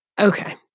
Okay